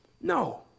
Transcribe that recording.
No